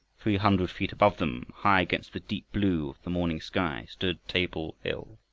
three hundred feet above them, high against the deep blue of the morning sky, stood table hill,